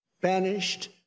banished